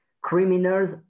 Criminals